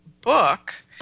book